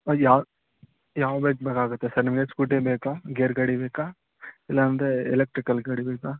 ಅದು ಯಾವ ಯಾವ ಬೈಕ್ ಬೇಕಾಗುತ್ತೆ ಸರ್ ನಿಮಗೆ ಸ್ಕೂಟಿ ಬೇಕಾ ಗೇರ್ ಗಾಡಿ ಬೇಕಾ ಇಲ್ಲಾಂದರೆ ಎಲೆಕ್ಟ್ರಿಕಲ್ ಗಾಡಿ ಬೇಕಾ